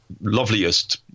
loveliest